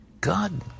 God